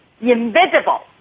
Invisible